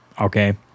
Okay